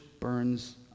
burns